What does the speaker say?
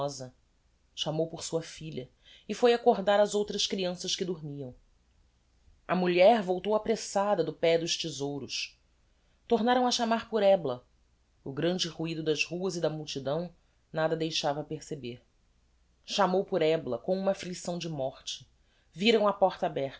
ominosa chamou por sua filha e foi accordar as outras crianças que dormiam a mulher voltou apressada do pé dos thesouros tornaram a chamar por ebla o grande ruido das ruas e da multidão nada deixava perceber chamou por ebla com uma afflicção de morte viram a porta aberta